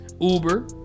uber